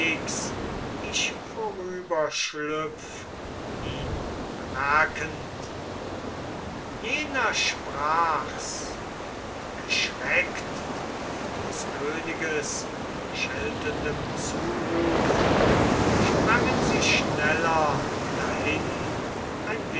ich gar nicht jener sprach's und geschreckt von des königes scheltendem zuruf sprangen sie schneller dahin